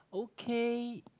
okay